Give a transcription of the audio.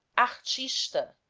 artista